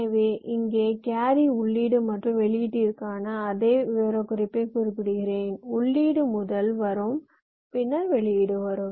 எனவே இங்கே கேரி உள்ளீடு மற்றும் வெளியீட்டிற்கான அதே விவரக்குறிப்பைக் குறிப்பிடுகிறேன் உள்ளீடுகள் முதலில் வரும் பின்னர் வெளியீடு வரும்